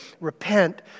repent